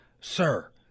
sir